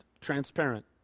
transparent